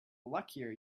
luckier